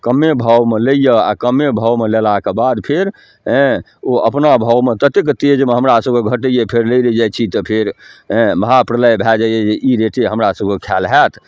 कम्मे भावमे लैया आ कम्मे भावमे लेलाके बाद फेर हैँ ओ अपना भावमे ततेक तेजमे हमरा सबके घटैया फेर लै लऽ जाइ छी तऽ फेर हँ महाप्रलय भए जाइया जे ई रेटे हमरा सबके खायल होयत